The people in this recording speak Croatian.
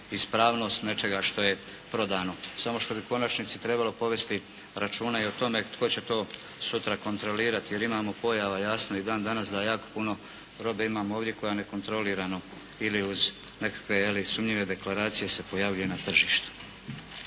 ispravnost nečega što je prodano, samo što bi u konačnici trebalo povesti računa i o tome tko će to sutra kontrolirati jer imamo pojava jasno i dan danas da jako puno robe imamo ovdje koja nekontrolirano ili uz nekakve sumnjive deklaracije se pojavljuje na tržištu.